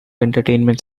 entertainment